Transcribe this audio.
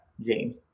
James